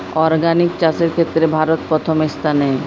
organic চাষের ক্ষেত্রে ভারত প্রথম স্থানে